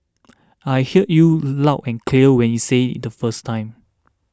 I heard you loud and clear when you said it the first time